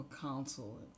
counsel